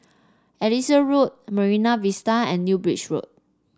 Elias Road Marine Vista and New Bridge Road